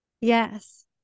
Yes